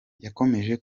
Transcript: yakomeje